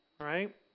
right